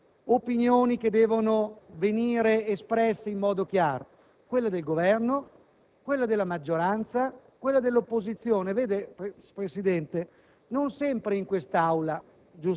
posizioni che devono venire espresse in modo chiaro: quella del Governo, quella della maggioranza e quella dell'opposizione. Vede, Presidente, non sempre in quest'Aula